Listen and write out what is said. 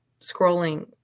scrolling